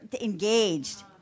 engaged